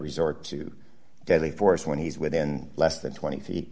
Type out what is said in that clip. resort to deadly force when he's within less than twenty feet